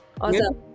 awesome